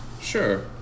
Sure